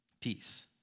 peace